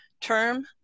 term